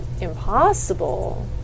impossible